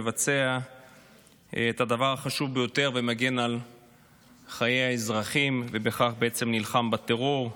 את הדבר החשוב ביותר ומגן על חיי האזרחים ובכך בעצם נלחם בטרור.